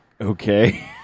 okay